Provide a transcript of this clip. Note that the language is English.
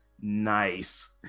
nice